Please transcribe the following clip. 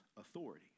authority